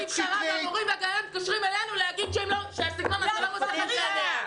מורים וגננות מתקשרים אלינו שאומרים שהסגנון הזה לא מוצא חן בעיניהם.